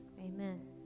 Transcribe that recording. Amen